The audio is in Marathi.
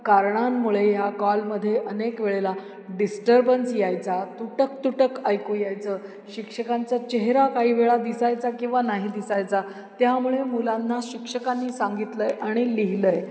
कारणांमुळे ह्या कॉलमध्ये अनेक वेळेला डिस्टर्बन्स यायचा तुटकतुटक ऐकू यायचं शिक्षकांचा चेहरा काही वेळा दिसायचा किंवा नाही दिसायचा त्यामुळे मुलांना शिक्षकांनी सांगितलं आहे आणि लिहिलं आहे